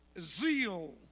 zeal